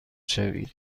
شوید